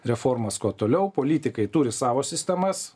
reformas kuo toliau politikai turi savo sistemas